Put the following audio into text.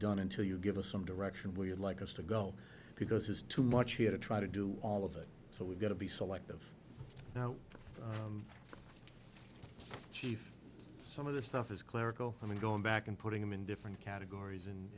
done until you give us some direction where you'd like us to go because is too much here to try to do all of it so we've got to be selective now chief some of the stuff is clerical i mean going back and putting them in different categories and